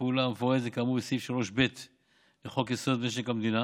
הפעולה המפורטת כאמור בסעיף 3ב לחוק-יסוד: משק המדינה